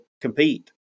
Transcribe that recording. compete